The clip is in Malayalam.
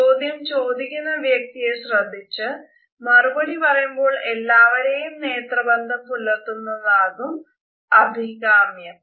ചോദ്യം ചോദിക്കുന്ന വ്യക്തിയെ ശ്രദ്ധിച്ചു മറുപടി പറയുമ്പോൾ എല്ലാവരുമായും നേത്രബന്ധം പുലർത്തുന്നതാകും അഭികാമ്യം